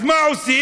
אז מה עושים?